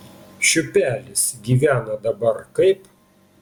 šiupelis gyvena dabar kaip